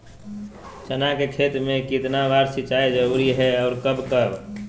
चना के खेत में कितना बार सिंचाई जरुरी है और कब कब?